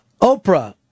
Oprah